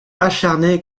acharnés